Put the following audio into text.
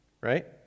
right